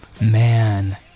Man